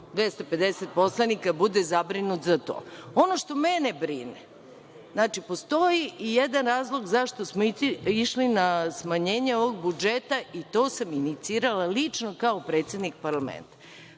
250 poslanika da bude zabrinut za to. Ono što mene brine, postoji i jedan razlog zašto smo išli na smanjenje ovog budžeta i to sam inicirala lično kao predsednik parlamenta,